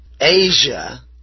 Asia